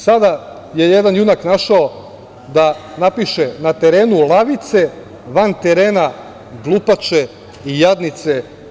Sada je jedan junak našao da napiše – na terenu lavice, van terena glupače i jadnice.